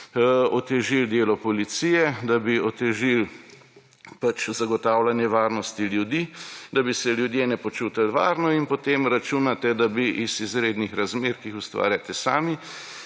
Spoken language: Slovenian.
otežili delo policije, da bi otežili zagotavljanje varnosti ljudi, da bi se ljudje ne počutili varno, in potem računate, da bi iz izrednih razmer, ki jih ustvarjate sami,